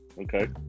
Okay